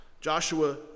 Joshua